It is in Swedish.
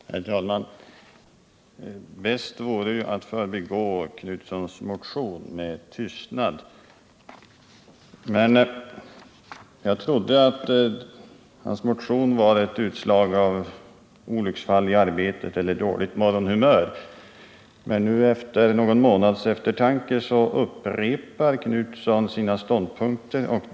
Herr talman! Det bästa vore kanske att förbigå Göthe Knutsons motion med tystnad. Jag trodde att hans motion var ett olycksfall i arbetet eller utslag av ett dåligt morgonhumör. Men även efter någon månads eftertanke upprepar Göthe Knutson sina ståndpunkter.